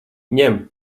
ņem